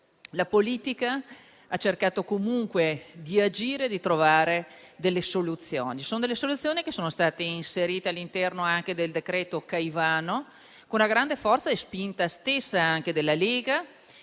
la politica ha cercato comunque di agire e di trovare delle soluzioni che sono state inserite all'interno anche del decreto Caivano, con una grande forza e spinta della Lega,